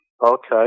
Okay